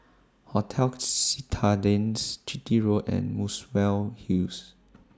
hotels Citadines Chitty Road and Muswell Hills